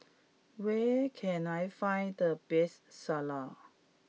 where can I find the best Salad